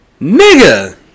Nigga